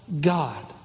God